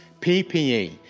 PPE